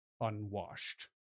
unwashed